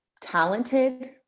talented